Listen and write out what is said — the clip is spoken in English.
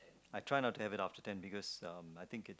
I try not to have it after ten because um I think it's